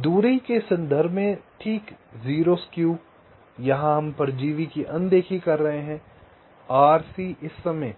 दूरी के संदर्भ में ठीक 0 स्क्यू यहाँ हम परजीवी की अनदेखी कर रहे हैं RC इस समय